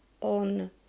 on